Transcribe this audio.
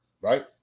Right